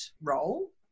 role